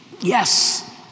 Yes